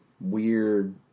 weird